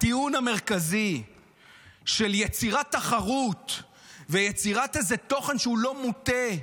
הטיעון המרכזי על יצירת תחרות ויצירת איזה תוכן שהוא לא מוטה,